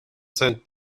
sand